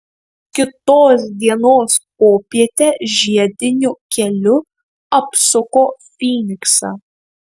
kitos dienos popietę žiediniu keliu apsuko fyniksą